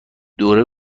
دوره